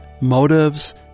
motives